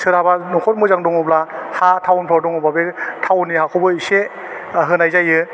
सोरहाबा नखर मोजां दङब्ला हा टाउनफ्राव दङबा बे टाउननि हाखौबो एसे आह होनाय जायो